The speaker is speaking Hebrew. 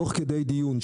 תוך כדי דיון,